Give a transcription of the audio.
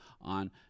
on